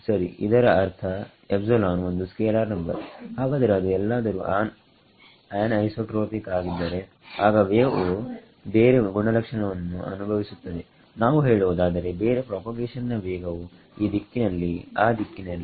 ಸರಿಇದರ ಅರ್ಥ ಒಂದು scalar number ಹಾಗಾದರೆ ಅದು ಎಲ್ಲಾದರೂ ಆನ್ಐಸೋಟ್ರೋಪಿಕ್ ಆಗಿದ್ದರೆ ಆಗ ವೇವ್ ವು ಬೇರೆ ಗುಣಲಕ್ಷಣವನ್ನು ಅನುಭವಿಸುತ್ತದೆ ನಾವು ಹೇಳುವುದಾದರೆ ಬೇರೆ ಪ್ರಾಪಗೇಷನ್ ನ ವೇಗವು ಈ ದಿಕ್ಕಿನಲ್ಲಿ ಆ ದಿಕ್ಕಿನಲ್ಲಿ